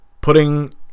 Putting